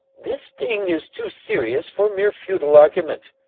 this thing is too serious for mere futile argument.